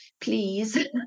please